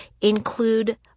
include